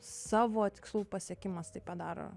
savo tikslų pasiekimas tai padaro